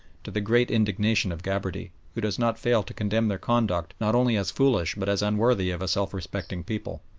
to the great indignation of gabarty, who does not fail to condemn their conduct not only as foolish but as unworthy of a self-respecting people.